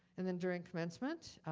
and then during commencement,